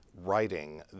writing